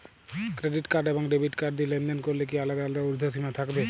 Credit card এবং debit card দিয়ে লেনদেন করলে কি আলাদা আলাদা ঊর্ধ্বসীমা থাকবে?